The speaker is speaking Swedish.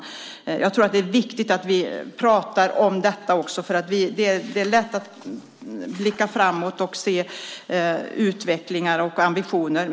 Jag tror att det är viktigt att vi pratar om detta också. Det är lätt att blicka framåt och se utveckling och ambitioner.